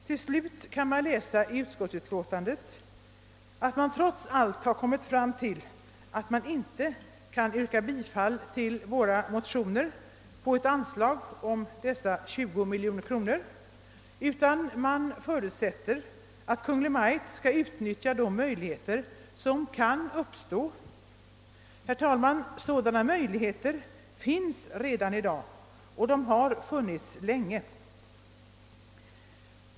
Till slut kommer utskottet fram till att det trots allt inte vill biträda vårt yrkande om ett anslag på 10 miljoner kronor utan förutsätter att Kungl. Maj:t skall utnyttja de möjligheter som kan uppstå. Men, herr talman, sådana möjligheter finns redan i dag och har funnits länge.